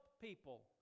people